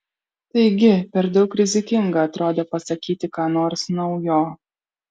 taigi per daug rizikinga atrodė pasakyti ką nors naujo